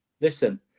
Listen